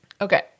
Okay